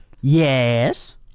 Yes